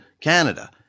Canada